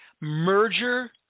merger